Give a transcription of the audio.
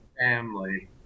family